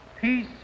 peace